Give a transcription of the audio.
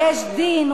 "יש דין",